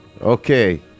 Okay